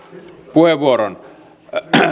puheenvuoron